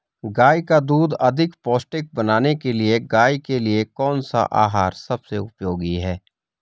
गाय का दूध अधिक पौष्टिक बनाने के लिए गाय के लिए कौन सा आहार सबसे उपयोगी है?